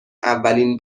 اولین